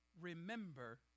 remember